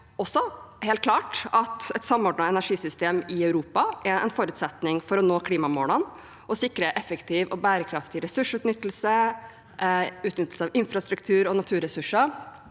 et samordnet energisystem i Europa er en forutsetning for å nå klimamålene og sikre effektiv og bærekraftig ressursutnyttelse samt utnyttelse av infrastruktur og naturressurser